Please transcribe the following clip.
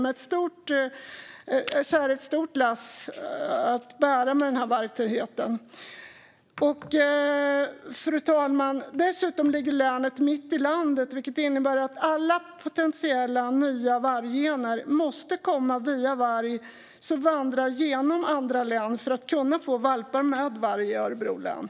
Den här vargtätheten är ett stort lass att bära. Fru talman! Dessutom ligger länet mitt i landet, vilket innebär att alla potentiella nya varggener måste komma via vargar som vandrar genom andra län för att kunna få valpar med vargar i Örebro län.